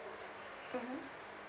mmhmm